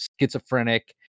schizophrenic